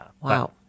Wow